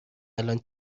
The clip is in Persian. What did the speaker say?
الان